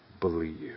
believe